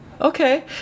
okay